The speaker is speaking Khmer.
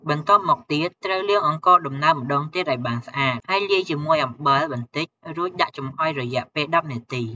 បន្ទាប់មកទៀតត្រូវលាងអង្ករដំណើបម្តងទៀតឲ្យបានស្អាត ហើយលាយជាមួយអំបិលបន្តិចរួចដាក់ចំហ៊ុយរយៈពេល ១០នាទី។